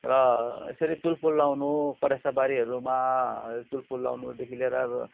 र यसरी तुलफुल लगाउनु करेसो बारीहरूमा तुलफुल लगाउनुदेखि लिएर